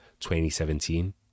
2017